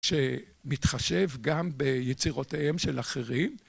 שמתחשב גם ביצירותיהם של אחרים.